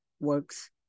works